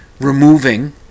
removing